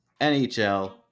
NHL